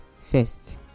first